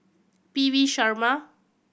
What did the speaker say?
P V Sharma